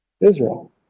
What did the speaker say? Israel